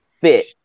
fit